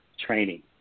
training